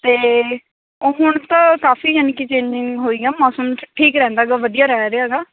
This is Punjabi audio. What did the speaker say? ਅਤੇ ਉਹ ਹੁਣ ਤਾਂ ਕਾਫੀ ਯਾਨੀ ਕਿ ਚੇਜਿੰਗ ਹੋਈ ਆ ਮੌਸਮ ਠੀਕ ਰਹਿੰਦਾ ਗਾ ਵਧੀਆ ਰਹਿ ਰਿਹਾ ਗਾ